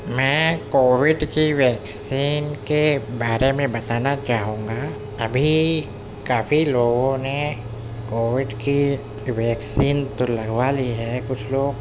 میں کووڈ کی ویکسین کے بارے میں بتانا چاہوں گا ابھی کافی لوگوں نے کووڈ کی ویکسین تو لگوا لی ہے کچھ لوگ